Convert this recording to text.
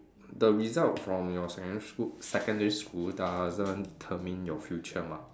the result from your secondary secondary school doesn't determine your future mah